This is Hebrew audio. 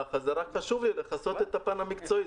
המהלך הזה רק חשוב לי לכסות את הפן המקצועי,